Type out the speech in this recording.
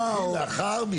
עכשיו,